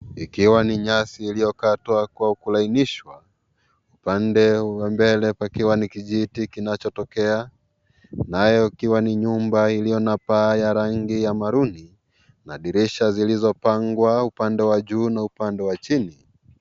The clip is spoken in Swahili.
Ikiwa ni nyasi iliyokatwa kwa kulainishwa upande wa mbele pakiwa ni kijiti kinachotokea nayo ikiwa ni nyumba ikiwa na paa iliyo na rangi ya maruni nadirisha zilizopangwa upande wa juu na upande wa chini.